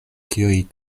kiuj